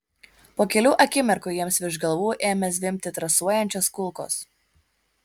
po kelių akimirkų jiems virš galvų ėmė zvimbti trasuojančios kulkos